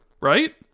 right